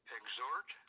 exhort